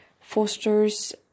fosters